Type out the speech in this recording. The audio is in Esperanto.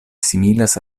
similas